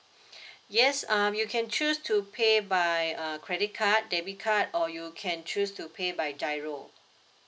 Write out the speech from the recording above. yes um you can choose to pay by uh credit card debit card or you can choose to pay by G_I_R_O